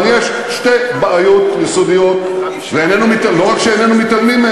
הכלכלה מצוינת, האנשים מסכנים.